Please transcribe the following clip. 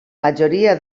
majoria